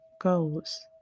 goes